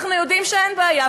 אנחנו יודעים שאין בעיה,